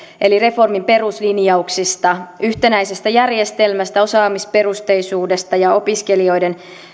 eli reformin peruslinjauksista yhtenäisestä järjestelmästä osaamisperusteisuudesta ja opiskelijoiden